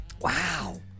Wow